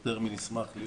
יותר מנשמח להיות